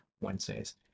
Wednesdays